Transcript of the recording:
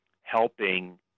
helping